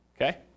okay